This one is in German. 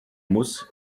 muss